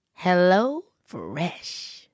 HelloFresh